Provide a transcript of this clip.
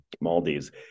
Maldives